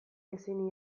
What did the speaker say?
ezin